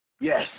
Yes